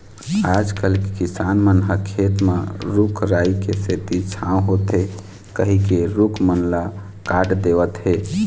आजकल के किसान मन ह खेत म रूख राई के सेती छांव होथे कहिके रूख मन ल काट देवत हें